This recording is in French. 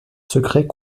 secret